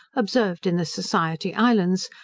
observed in the society islands,